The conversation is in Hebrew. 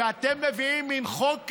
כשאתם מביאים מין חוק כזה,